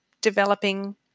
developing